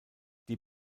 die